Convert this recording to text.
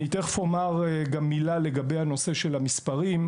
אני תכף גם אומר מילה לגבי הנושא של המספרים,